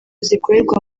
zikorerwa